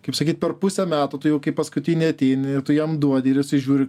kaip sakyt per pusę metų tu jau kai paskutinį ateini ir tu jam duodi ir jisai žiūri